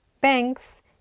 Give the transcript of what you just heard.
banks